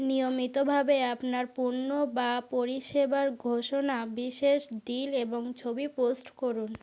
নিয়মিতভাবে আপনার পণ্য বা পরিষেবার ঘোষণা বিশেষ ডিল এবং ছবি পোস্ট করুন